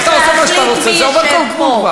אתה חושב שאתה תשתלט פה על הכול,